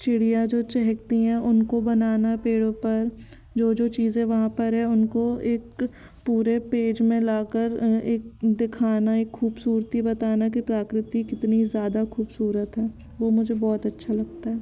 चिड़िया जो चहकती हैं उनको बनाना पेड़ों पर जो जो चीजे़ वहाँ पर है उनको एक पूरे पेज में ला कर एक देखाना एक ख़ूबसूरती बताना कि प्राकृति कितनी ज़्यादा ख़ूबसूरत है वो मुझे बहुत अच्छा लगता है